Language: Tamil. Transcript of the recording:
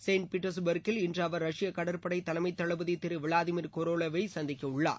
செயின்ட் பீட்டர்ஸ்பர்க்கில் இன்று அவர் ரஷ்ய கடற்படை தலைமை தளபதி திரு விளாதிமீர் கோரோலேவை சந்திக்கவுள்ளார்